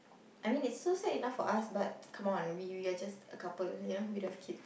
I mean is so sad enough for us but come on we are just a couple of here without kid